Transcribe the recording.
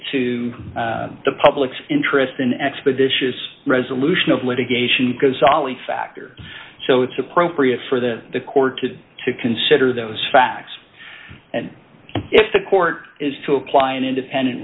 to the public's interest in expeditious resolution of litigation cazaly factor so it's appropriate for the court to consider those facts and if the court is to apply an independent